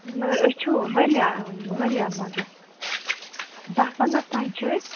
مگر أسۍ چھِ واریاہ واریاہ مان ژٕ دَہ پَنٛدَہ تانۍ چھٕ أسۍ